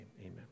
Amen